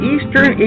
Eastern